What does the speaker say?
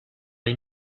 les